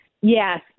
Yes